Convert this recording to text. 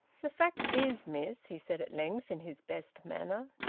the fact is, miss, he said at length, in his best manner,